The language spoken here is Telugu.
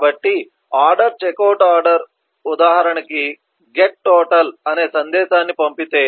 కాబట్టి ఆర్డర్ చెక్అవుట్ ఆర్డర్ ఉదాహరణకి గెట్ టోటల్ అనే సందేశాన్ని పంపితే